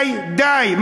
די, די.